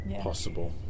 possible